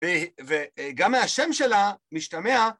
וגם מהשם שלה משתמע